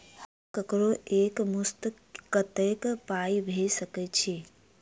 हम ककरो एक मुस्त कत्तेक पाई भेजि सकय छी?